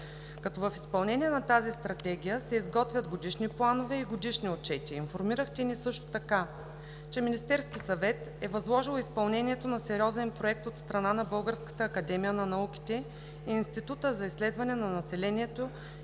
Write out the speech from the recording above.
като в изпълнение на тази стратегия се изготвят годишни планове и годишни отчети. Информирахте ни също така, че Министерският съвет е възложил изпълнението на сериозен проект от страна на Българската академия на науките и Института за изследване на населението